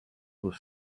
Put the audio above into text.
with